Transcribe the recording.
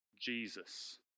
Jesus